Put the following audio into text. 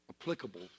applicable